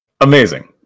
amazing